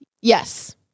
Yes